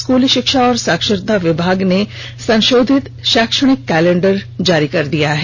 स्कूली शिक्षा एवं साक्षरता विभाग ने संशोधित शैक्षणिक कैलेंडर जारी कर दिया है